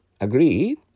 agree